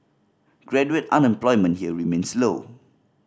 graduate unemployment here remains low